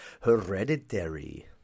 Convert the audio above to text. Hereditary